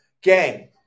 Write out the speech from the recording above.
Gang